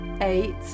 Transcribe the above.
eight